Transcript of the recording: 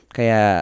Kaya